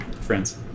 Friends